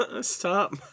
Stop